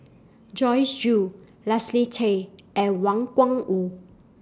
Joyce Jue Leslie Tay and Wang Gungwu